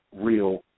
real